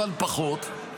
אבל פחות.